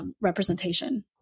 representation